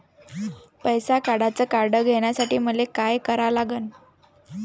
पैसा काढ्याचं कार्ड घेण्यासाठी मले काय करा लागन?